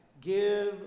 Give